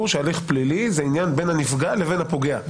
שהליך פלילי זה עניין בין הנפגע לבין הפוגע.